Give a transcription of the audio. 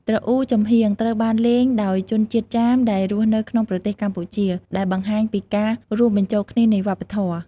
ទ្រអ៊ូចំហៀង ត្រូវបានលេងដោយជនជាតិចាមដែលរស់នៅក្នុងប្រទេសកម្ពុជា ដែលបង្ហាញពីការរួមបញ្ចូលគ្នានៃវប្បធម៌។